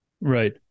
Right